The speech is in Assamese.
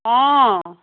অঁ